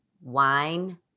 wine